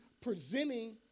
presenting